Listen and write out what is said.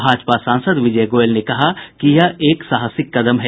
भाजपा सांसद विजय गोयल ने कहा कि यह एक साहसिक कदम है